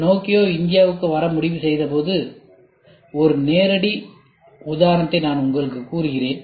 Nokia இந்தியாவுக்கு வர முடிவு செய்தபோது உள்ள ஒரு நேரடி உதாரணத்தை நான் உங்களுக்கு கூறுகிறேன்